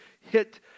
hit